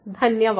धन्यवाद